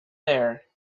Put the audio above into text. there